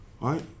right